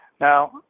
Now